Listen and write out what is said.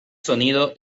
sonido